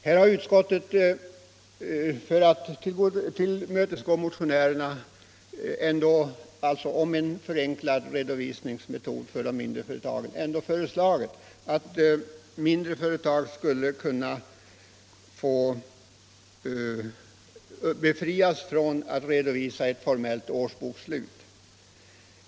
Här har utskottets majoritet för att tillmötesgå motionärernas krav på en förenklad redovisningsmetod för de mindre företagen föreslagit att dessa företag skulle kunna befrias från att redovisa ett formellt årsbokslut.